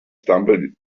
stumbled